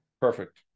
perfect